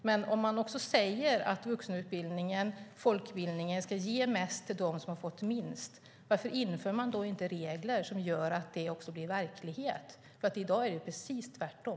Men om man säger att vuxenutbildningen och folkbildningen ska ge mest till dem som fått minst, varför inför man då inte regler som gör att det blir verklighet? I dag är det precis tvärtom.